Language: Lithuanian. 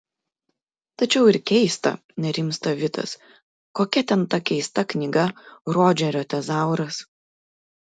tačiau ir keista nerimsta vitas kokia ten ta keista knyga rodžerio tezauras